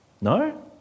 No